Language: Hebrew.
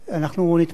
אנחנו נתקלים,